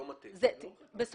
לא מתאים לנו.